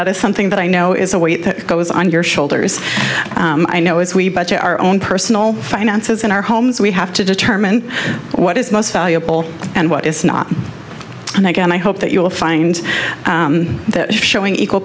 that is something that i know is a weight that goes on your shoulders i know as we budget our own personal finances in our homes we have to determine what is most valuable and what is not an egg and i hope that you will find that showing equal